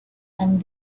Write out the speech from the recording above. and